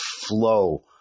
flow